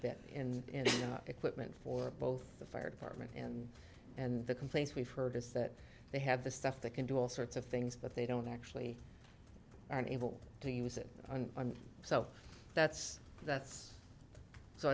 in equipment for both the fire department and and the complaints we've heard is that they have the stuff that can do all sorts of things but they don't actually are able to use it and so that's that's so